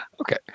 Okay